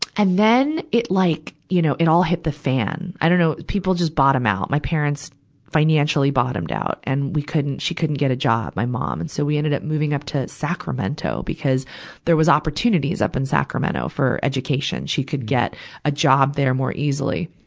and then, it like, you know, it all hit the fan. i dunno, people just bottom out. my parents financially bottomed out, and we couldn't, she couldn't get a job, my mom. and so, we ended up moving up to sacramento because there was opportunities up in sacramento for education. she could get a job there more easily.